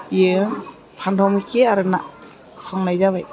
बेयो फान्थाव मैखि आरो ना संनाय जाबाय